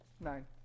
Nine